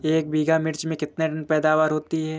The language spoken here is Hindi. एक बीघा मिर्च में कितने टन पैदावार होती है?